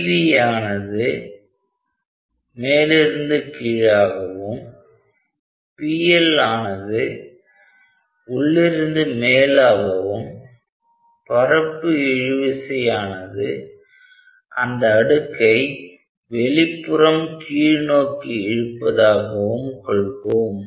pV ஆனது மேலிருந்து கீழாகவும் pL ஆனது உள்ளிருந்து மேலாகவும் பரப்பு இழுவிசை ஆனது அந்த அடுக்கை வெளிப்புறம் கீழ் நோக்கி இழுப்பதாகவும் கொள்வோம்